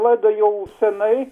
šitą laidą jau senai